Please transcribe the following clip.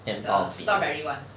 面包 peanut